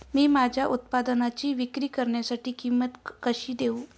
मी माझ्या उत्पादनाची विक्री करण्यासाठी किंमत कशी देऊ?